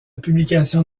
publication